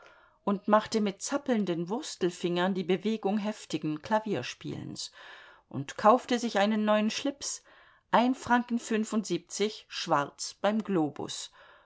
und machte mit zappelnden wurstelfingern die bewegung heftigen klavierspielens und kaufte sich einen neuen schlips ein franken fünfundsiebzig schwarz beim globus